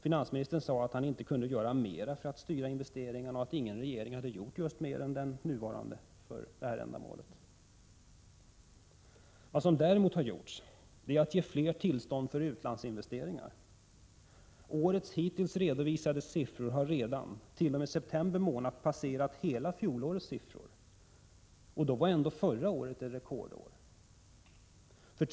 Finansministern sade att han inte kunde göra mera för att styra investeringarna och att ingen regering hade gjort något mer än den nuvarande regeringen i det avseendet. Vad man däremot har gjort, menar jag, är att man har gett fler tillstånd till utlandsinvesteringar. Av hittills redovisade siffror för i år — t.o.m. september månad — framgår att man redan har passerat totalsiffran för fjolåret, och då var ändå förra året ett rekordår!